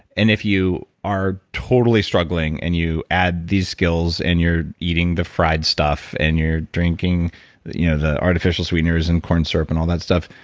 if you are totally struggling and you add these skills and you're eating the fried stuff and you're drinking you know the artificial sweeteners and corn syrup and all that stuff,